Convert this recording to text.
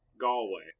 Galway